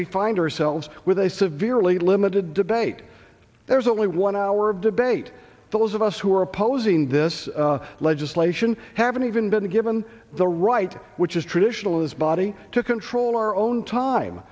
we find ourselves with a severely limited debate there's only one hour of debate those of us who are opposing this legislation haven't even been given the right which is traditional this body to control our own time